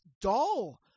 dull